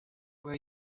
were